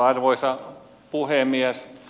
arvoisa puhemies